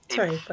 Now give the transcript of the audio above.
Sorry